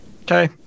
Okay